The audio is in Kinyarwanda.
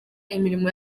imirimo